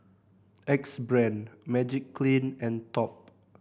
Axe Brand Magiclean and Top